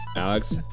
Alex